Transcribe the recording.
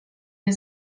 nie